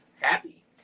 happy